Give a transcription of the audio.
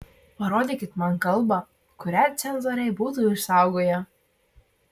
parodykit man kalbą kurią cenzoriai būtų išsaugoję